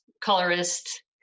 colorist